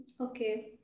Okay